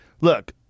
Look